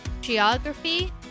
Geography